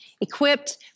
equipped